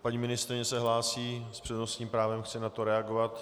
Paní ministryně se hlásí s přednostním právem, chce na to reagovat.